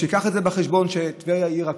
שייקח את זה בחשבון שטבריה היא עיר הקודש.